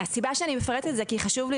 הסיבה שאני מפרטת על זה היא כי חשוב לי